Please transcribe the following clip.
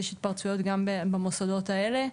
יש התפרצויות גם במוסדות האלה.